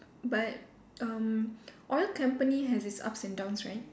but um oil company has its ups and downs right